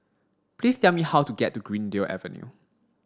please tell me how to get to Greendale Avenue